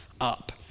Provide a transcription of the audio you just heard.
up